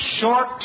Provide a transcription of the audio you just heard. short